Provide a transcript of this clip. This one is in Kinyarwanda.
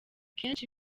kenshi